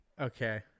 Okay